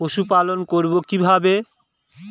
পশুপালন করব কিভাবে?